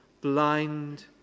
blind